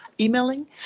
emailing